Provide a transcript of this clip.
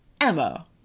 Emma